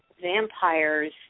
vampires